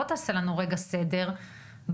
בוא תעשה לנו סדר בעניין.